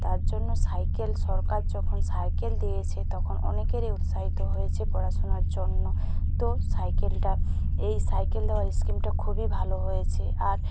তার জন্য সাইকেল সরকার যখন সাইকেল দিয়েছে তখন অনেকেরই উৎসাহিত হয়েছে পড়াশুনার জন্য তো সাইকেলটা এই সাইকেল দেওয়া ইস্কিমটা খুবই ভালো হয়েছে আর